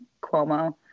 Cuomo